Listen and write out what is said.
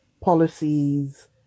policies